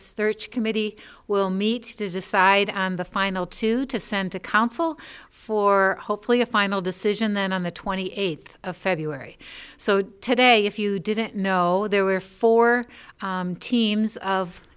search committee will meet to decide the final two to send to council for hopefully a final decision then on the twenty eighth of february so today if you didn't know there were four teams of